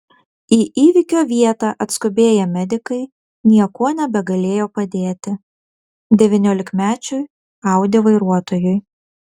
į įvykio vietą atskubėję medikai niekuo nebegalėjo padėti devyniolikmečiui audi vairuotojui